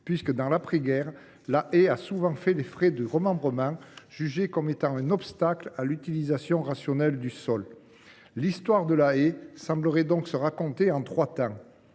puisque, dans l’après guerre, la haie a souvent fait les frais du remembrement, jugée comme étant un obstacle à l’utilisation rationnelle du sol. L’histoire de la haie semblerait donc pouvoir se raconter en trois temps